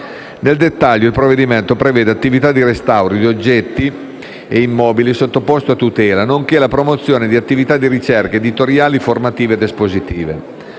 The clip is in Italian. Nel dettaglio, il provvedimento prevede attività di restauro di oggetti o immobili sottoposti a tutela, nonché la promozione di attività di ricerca, editoriali, formative ed espositive.